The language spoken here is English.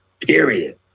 Period